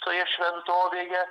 toje šventovėje